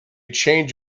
change